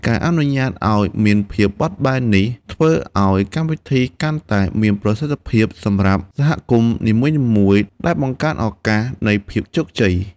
ការអនុញ្ញាតឱ្យមានភាពបែបនេះ ធ្វើឱ្យកម្មវិធីកាន់តែមានប្រសិទ្ធភាពសម្រាប់សហគមន៍នីមួយៗ ដែលបង្កើនឱកាសនៃភាពជោគជ័យ។